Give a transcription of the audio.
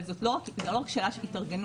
אבל זה לא רק שאלה של התארגנות,